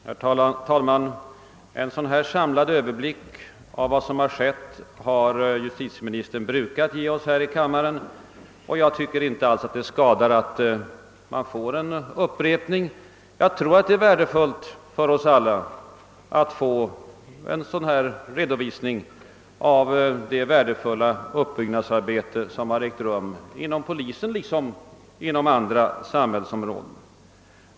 Herr talman! En sådan här samlad överblick av vad som skett har justitieministern brukat ge oss här i kammaren, och jag tycker inte det skadar att vi har fått en upprepning. Det är värdefullt för oss alla att få ta del av en redovisning av det uppbyggnadsarbete som har ägt rum inom polisen liksom inom andra områden av samhället.